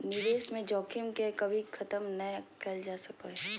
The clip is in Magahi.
निवेश में जोखिम के कभी खत्म नय कइल जा सको हइ